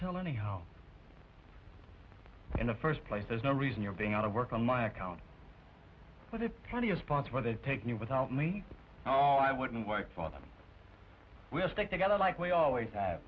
tell anyhow in the first place there's no reason you're being out of work on my account but if plenty of spots where they take me without me oh i wouldn't work for them we all stick together like we always have